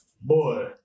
boy